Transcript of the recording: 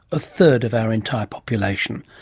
a third of our entire population.